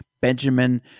Benjamin